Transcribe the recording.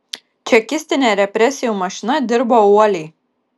čekistinė represijų mašina dirbo uoliai